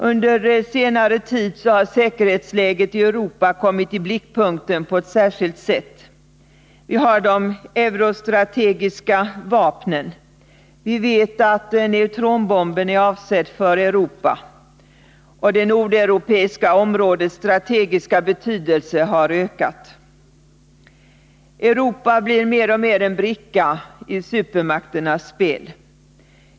Under senare tid har säkerhetsläget i Europa kommit i blickpunkten på ett särskilt sätt. Vi har de eurostrategiska vapnen. Vi vet att neutronbomben är avsedd för Europa. Det Nordeuropeiska områdets strategiska betydelse har ökat. Europa blir mer och mer en bricka i supermakternas spel.